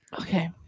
okay